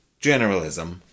generalism